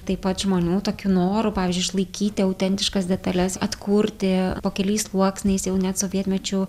taip pat žmonių tokiu noru pavyzdžiui išlaikyti autentiškas detales atkurti po keliais sluoksniais jau net sovietmečiu